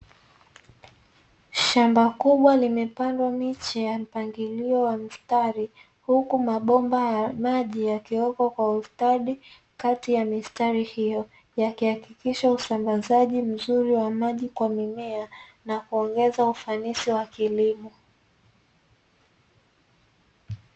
Shamba kubwa limepandwa miche ya mpangilio wa mstari huku mabomba ya maji yakiwekwa kwa ustadi kati ya mistari hio yakihakikisha usambazaji mzuri wa maji kwa mimea na kuongeza ufanisi wa kilimo.